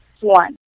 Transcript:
one